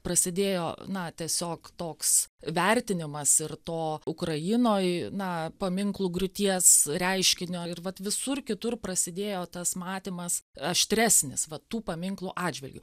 prasidėjo na tiesiog toks vertinimas ir to ukrainoj na paminklų griūties reiškinio ir vat visur kitur prasidėjo tas matymas aštresnis va tų paminklų atžvilgiu